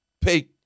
pay